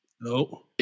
No